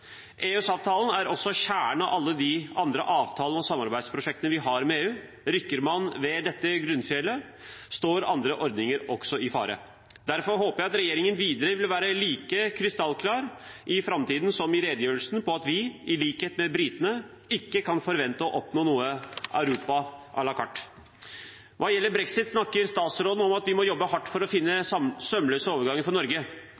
er også kjernen i alle de andre avtalene og samarbeidsprosjektene vi har med EU. Rokker man ved dette grunnfjellet, står andre ordninger også i fare. Derfor håper jeg at regjeringen vil være like krystallklar i framtiden som i redegjørelsen på at vi, i likhet med britene, ikke kan forvente å oppnå noe «Europa à la carte». Hva gjelder brexit, snakker statsråden om at vi må jobbe hardt for å finne sømløse overganger for Norge.